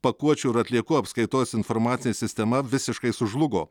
pakuočių ir atliekų apskaitos informacinė sistema visiškai sužlugo